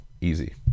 Easy